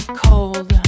cold